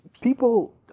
people